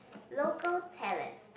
local talent